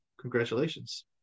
congratulations